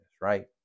right